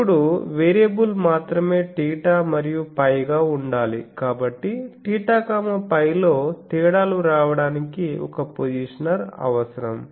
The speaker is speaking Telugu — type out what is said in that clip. ఇప్పుడు వేరియబుల్ మాత్రమే θ మరియు φ గా ఉండాలి కాబట్టి θ φ లో తేడాలు రావడానికి ఒక పొజిషనర్ అవసరం